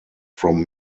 from